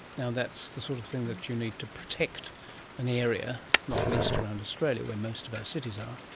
now that's the sort of thing that you need to protect an area, not least around australia where most of our cities are.